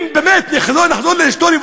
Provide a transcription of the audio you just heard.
אם באמת נחזור להיסטוריה,